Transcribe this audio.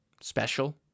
special